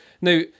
Now